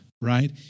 right